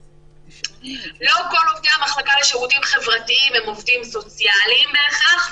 אלא שלא כל עובדי המחלקה לשירותים חברתיים הם עובדים סוציאליים בהכרח,